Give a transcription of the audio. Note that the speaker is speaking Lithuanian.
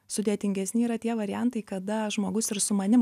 sudėtingesni yra tie variantai kada žmogus ir su manim